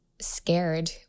scared